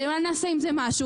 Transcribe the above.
אולי נעשה עם זה משהו.